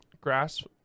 grass